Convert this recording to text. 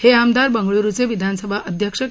हे आमदार बंगळुरूचे विधानसभा अध्यक्ष के